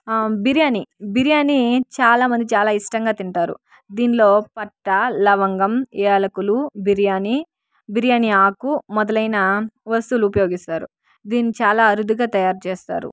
బిర్యానీ బిర్యానీ చాలా మంది చాలా ఇష్టంగా తింటారు దీనిలో పట్టా లవంగం యాలకులు బిర్యానీ బిర్యానీ ఆకు మొదలైన వస్తువులు ఉపయోగిస్తారు దీన్ని చాలా అరుదుగా తయారుచేస్తారు